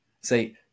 say